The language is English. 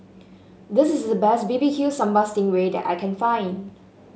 this is the best B B Q Sambal Sting Ray that I can find